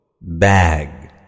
Bag